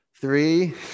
Three